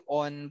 on